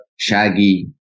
Shaggy